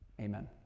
amen